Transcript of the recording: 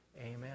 Amen